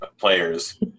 players